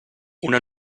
una